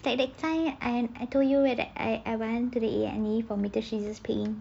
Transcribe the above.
that that time I I told you that I I went to the A&E for pain